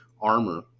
armor